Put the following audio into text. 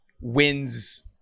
wins